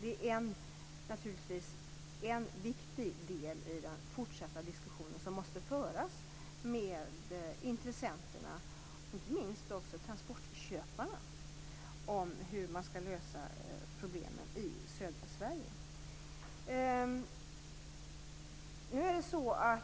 Det är naturligtvis en viktig del i den fortsatta diskussionen som måste föras med intressenterna - inte minst transportköparna - om hur problemen i södra Sverige skall lösas.